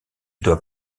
doit